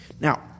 Now